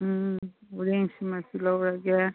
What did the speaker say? ꯎꯝ ꯎꯔꯦꯡꯁꯤꯃꯁꯨ ꯂꯧꯔꯒꯦ